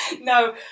No